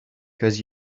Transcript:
cause